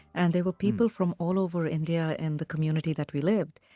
and there were people from all over india in the community that we lived.